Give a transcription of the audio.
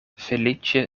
feliĉe